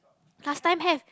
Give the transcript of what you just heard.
last time have